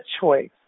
choice